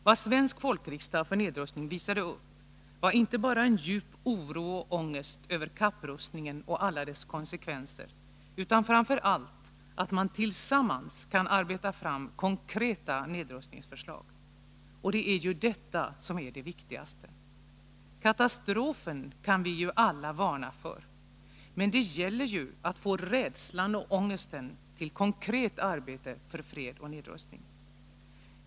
Vad svensk folkriksdag för nedrustning visade upp var inte bara en djup oro och ångest över kapprustningen och alla dess konsekvenser, utan framför allt att man tillsammans kan arbeta fram konkreta nedrustningsförslag. Och det är ju detta som är det viktigaste. Katastrofen kan vi alla varna för, men det gäller ju att få rädslan och ångesten till konkret arbete för fred och nedrustning.